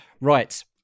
Right